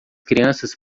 crianças